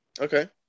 Okay